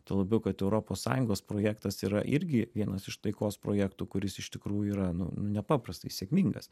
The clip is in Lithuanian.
tuo labiau kad europos sąjungos projektas yra irgi vienas iš taikos projektų kuris iš tikrųjų yra nu nepaprastai sėkmingas